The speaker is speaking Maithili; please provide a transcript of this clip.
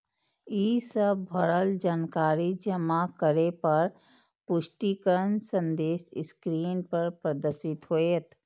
ई सब भरल जानकारी जमा करै पर पुष्टिकरण संदेश स्क्रीन पर प्रदर्शित होयत